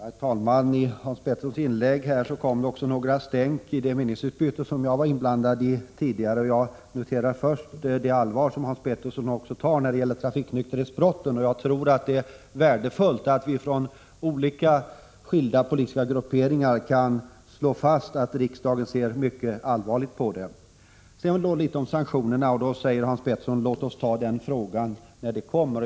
Herr talman! I Hans Petterssons i Helsingborg inlägg kom också några ”stänk” av det meningsutbyte som jag var inblandad i tidigare. Jag noterar först Hans Petterssons allvar då han talar om trafiknykterhetsbrotten. Jag tror att det är värdefullt att vi från skilda politiska grupperingar kan slå fast att riksdagen ser mycket allvarligt på detta. Sanktionerna vill Hans Pettersson ta upp när den frågan kommer.